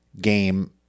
game